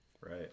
Right